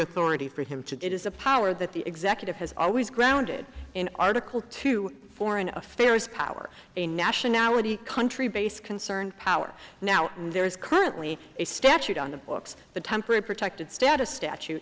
authority for him to do it is a power that the executive has always grounded in article two foreign affairs power in nationality country base concerned power now there is currently a statute on the books the temporary protected status statute